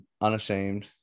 unashamed